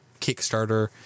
Kickstarter